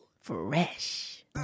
Fresh